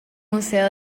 museo